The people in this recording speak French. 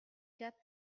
quatre